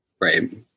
Right